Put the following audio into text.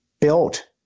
built